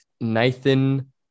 Nathan